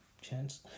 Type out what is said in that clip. chance